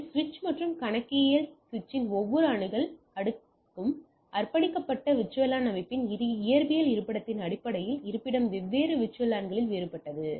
அது சுவிட்ச் மற்றும் கணக்கியல் சுவிட்சின் ஒவ்வொரு அணுகல் அடுக்குக்கும் அர்ப்பணிக்கப்பட்ட VLAN அமைப்பின் இயற்பியல் இருப்பிடத்தின் அடிப்படையில் இருப்பிடம் வெவ்வேறு VLAN களில் வேறுபட்டது